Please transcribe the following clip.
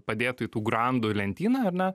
padėtų į tų grandų lentyną ar ne